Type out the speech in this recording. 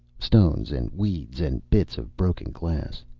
stones and weeds, and bits of broken glass.